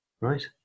right